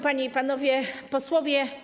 Panie i Panowie Posłowie!